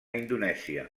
indonèsia